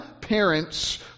parents